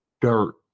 dirt